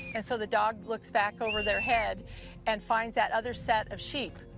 and so the dog looks back over their head and finds that other set of sheep.